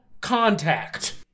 contact